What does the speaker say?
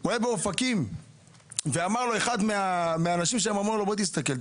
הוא היה באופקים ואמר לו אחד מהאנשים שם: בוא תסתכל,